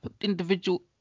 individual